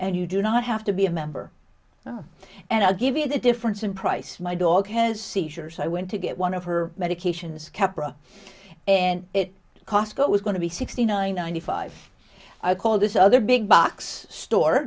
and you do not have to be a member oh and i'll give you the difference in price my dog has seizures i went to get one of her medications keppra and it cost what was going to be sixty nine ninety five i called this other big box store